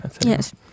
Yes